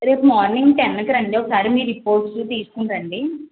రేపు మార్నింగ్ టెన్కి రండి ఒకసారి మీ రిపోర్ట్స్ తీసుకుని రండి